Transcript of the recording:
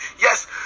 Yes